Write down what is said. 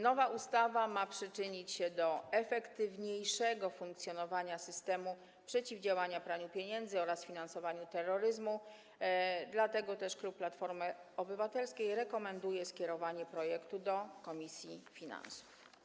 Nowa ustawa ma przyczynić się do efektywniejszego funkcjonowania systemu przeciwdziałania praniu pieniędzy oraz finansowaniu terroryzmu, dlatego klub Platformy Obywatelskiej rekomenduje skierowanie projektu do komisji finansów.